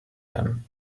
them